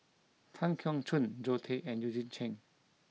Tan Keong Choon Zoe Tay and Eugene Chen